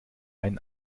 einen